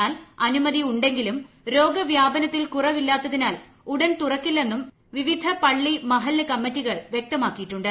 എന്നാൽ അനുമതി ഉണ്ടെങ്കിലും രോഗവ്യാപനത്തിൽ കു്റവില്ലാത്തതിനാൽ ഉടൻ തുറക്കില്ലെന്നും വിവിധ പള്ളി മഹല്ല് കമ്മിറ്റികൾ വ്യക്തമാക്കിയിട്ടുണ്ട്